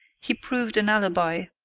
he proved an alibi,